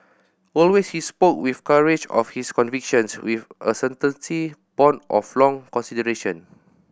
always he spoke with the courage of his convictions with a certainty born of long consideration